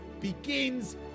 begins